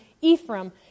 Ephraim